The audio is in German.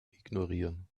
ignorieren